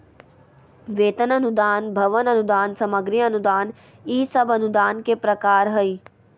वेतन अनुदान, भवन अनुदान, सामग्री अनुदान ई सब अनुदान के प्रकार हय